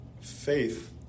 faith